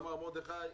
אמר מרדכי כהן: